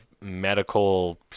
medical